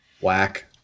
Whack